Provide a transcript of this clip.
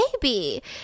baby